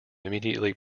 immediately